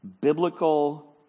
Biblical